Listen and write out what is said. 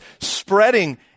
spreading